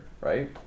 right